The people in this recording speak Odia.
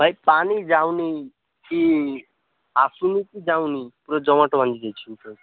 ଭାଇ ପାଣି ଯାଉନି କି ଆସୁନି କି ଯାଉନି ପୁରା ଜମାଟ ବାନ୍ଧି ଯାଇଛି ଉପରେ